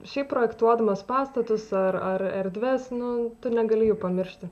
šiaip projektuodamas pastatus ar ar erdves nu tu negali jų pamiršti